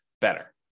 better